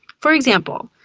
for example,